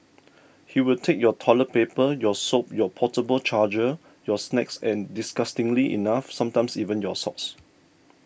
he will take your toilet paper your soap your portable charger your snacks and disgustingly enough sometimes even your socks